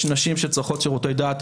יש נשים שצורכות שירותי דת,